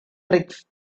tricks